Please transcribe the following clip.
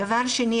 דבר שני,